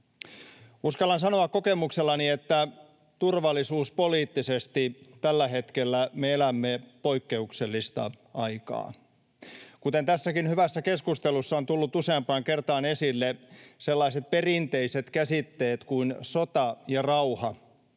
Uskallan sanoa kokemuksellani, että turvallisuuspoliittisesti tällä hetkellä me elämme poikkeuksellista aikaa. Kuten tässäkin hyvässä keskustelussa on tullut useampaan kertaan esille, sellaiset perinteiset käsitteet kuin sota ja rauha